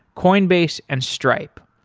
coinbase and stripe.